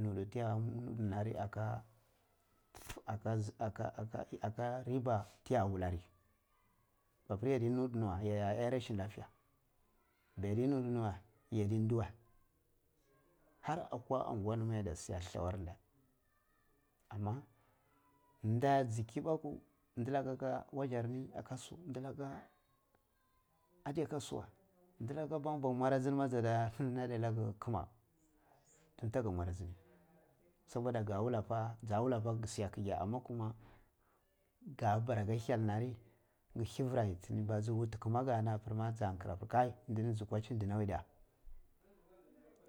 Nutu ti ya un aka aka riba tiya wulla ri mappur yaddi nuddi wei ya iya rashin laffiya baini nuttini we yaddi ndiye wei har akwa angwa ni ma yadda like lathunar ndiye amma ndiye ji kibaka ndilaka aka wasami aka su ndikka adai aka su wei ndilaka bon bon marajini ma jadda nadde laka kuma toh to gga mwara ajini soboda ka unilla pa ja nlla pa gi suwa gige amma kuma ga bwa ka hyal nari ki hifiratini ba ju wuti kuma ginarma ya nkira pir kai ndin kwagini dinawai